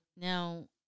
Now